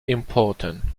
important